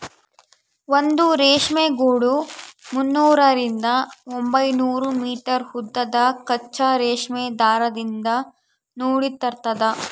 ಒಂದು ರೇಷ್ಮೆ ಗೂಡು ಮುನ್ನೂರರಿಂದ ಒಂಬೈನೂರು ಮೀಟರ್ ಉದ್ದದ ಕಚ್ಚಾ ರೇಷ್ಮೆ ದಾರದಿಂದ ನೂಲಿರ್ತದ